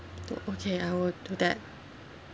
oh okay I will do that